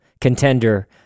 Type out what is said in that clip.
contender